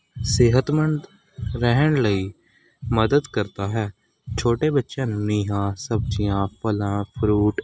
ਸਿਹਤਮੰਦ ਰਹਿਣ ਲਈ ਮਦਦ ਕਰਦਾ ਹੈ ਛੋਟੇ ਬੱਚਿਆਂ ਸਬਜ਼ੀਆਂ ਫਲਾਂ ਫਰੂਟ